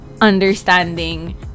understanding